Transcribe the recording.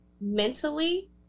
mentally